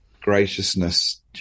graciousness